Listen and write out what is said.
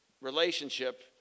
relationship